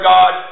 God